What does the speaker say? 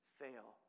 fail